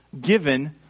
given